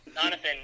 Jonathan